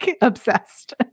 obsessed